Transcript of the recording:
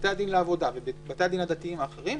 בבתי הדין לעבודה ובבתי הדין הדתיים האחרים.